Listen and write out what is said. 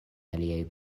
aliaj